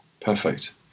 Perfect